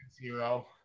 zero